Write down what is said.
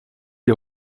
est